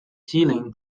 jilin